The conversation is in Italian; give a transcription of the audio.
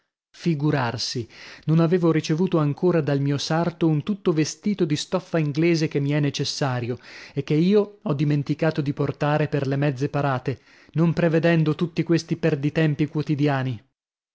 figurarsi non avevo ricevuto ancora dal mio sarto un tutto vestito di stoffa inglese che mi è necessario e che io ho dimenticato di portare per le mezze parate non prevedendo tutti questi perditempi quotidiani